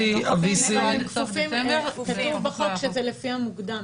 כתוב בחוק שזה לפי המוקדם.